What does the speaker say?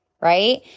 right